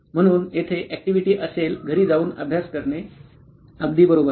म्हणून येथे ऍक्टिव्हिटी असेल घरी जाऊन अभ्यास करणे अगदी बरोबर